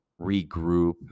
regroup